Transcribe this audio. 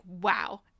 wow